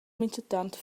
minchatant